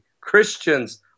Christians